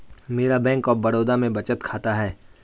मेरा bank of Baroda में बचत खाता है